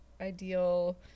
ideal